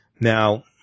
now